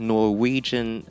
Norwegian